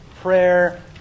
prayer